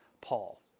Paul